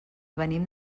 venim